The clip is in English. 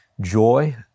joy